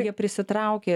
jie prisitraukė